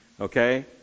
Okay